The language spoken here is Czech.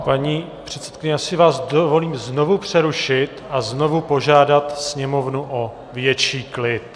Paní předsedkyně, já si vás dovolím znovu přerušit a znovu požádat sněmovnu o větší klid.